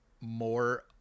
more